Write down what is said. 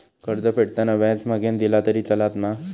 कर्ज फेडताना व्याज मगेन दिला तरी चलात मा?